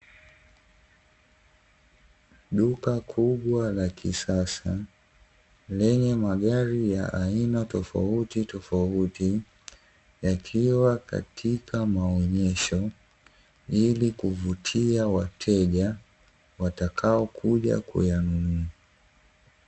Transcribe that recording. Duka kubwa la kisasa lenye magari ya aina tofautitofauti, yakiwa katika maonyesho, ili kuvutia wateja watakaokuja kuyanunua.